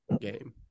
game